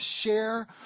share